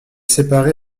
séparé